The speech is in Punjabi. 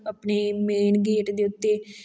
ਆਪਣੇ ਮੇਨ ਗੇਟ ਦੇ ਉੱਤੇ